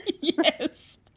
Yes